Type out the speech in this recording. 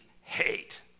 hate